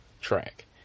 track